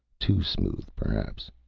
too smooth, perhaps.